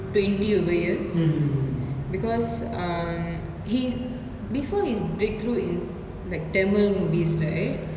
twenty over years because um he before his breakthrough in like tamil movies right